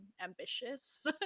ambitious